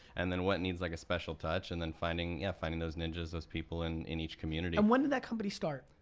and then what needs like a special touch, and then finding, yeah, finding those ninjas, those people in in each community. and when did that company start,